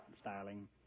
styling